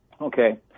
Okay